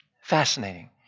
Fascinating